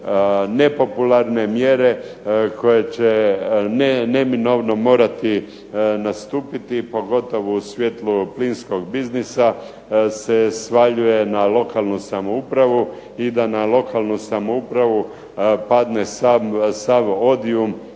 nepopularne mjere koje će neminovno morati nastupiti, pogotovo u svijetlu plinskog biznisa se svaljuje na lokalnu samoupravu, i da na lokalnu samoupravu padne sav odijum